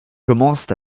commencent